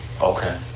Okay